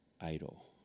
idol